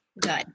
Good